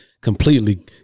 Completely